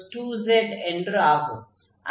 k2z என்று ஆகும்